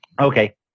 Okay